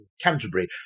Canterbury